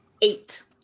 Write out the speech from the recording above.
Eight